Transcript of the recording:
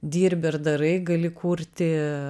dirbi ir darai gali kurti